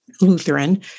Lutheran